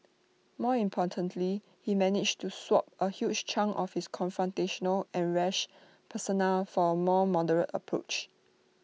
more importantly he managed to swap A huge chunk of his confrontational and rash persona for A more moderate approach